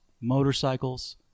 motorcycles